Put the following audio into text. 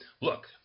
look